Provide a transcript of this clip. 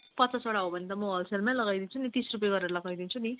पचासवटा हो भने त म होलसेलमै लगाइदिन्छु नि तिस रुपियाँ गरेर लगाइदिन्छु नि